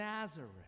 Nazareth